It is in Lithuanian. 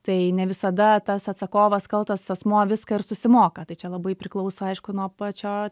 tai ne visada tas atsakovas kaltas asmuo viską ir susimoka tai čia labai priklauso aišku nuo pačio